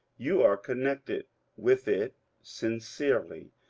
you are connected with it sincerely,